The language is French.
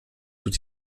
sous